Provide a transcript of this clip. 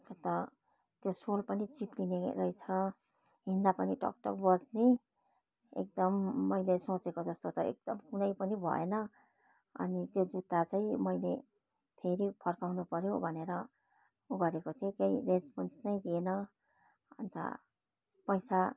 त्यो सोल पनि चिप्लिने रहेछ हिँड्दा पनि टक् टक् बज्ने एकदम मैले सोचेको जस्तो त एकदम कुनै पनि भएन अनि त्यो जुत्ता चाहिँ मैले फेरि फर्काउनु पऱ्यो भनेर उ गरेको थिएँ केही रेस्पोन्स नै दिएन अन्त पैसा